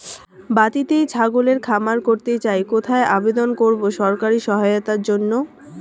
বাতিতেই ছাগলের খামার করতে চাই কোথায় আবেদন করব সরকারি সহায়তার জন্য?